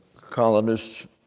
colonists